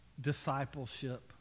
discipleship